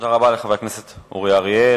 תודה רבה לחבר הכנסת אורי אריאל.